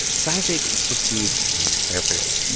cizik proceeds carefully.